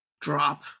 drop